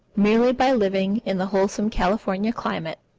merely by living in the wholesome california climate,